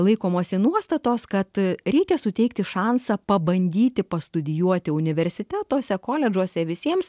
laikomasi nuostatos kad reikia suteikti šansą pabandyti pastudijuoti universitetuose koledžuose visiems